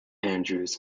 andrews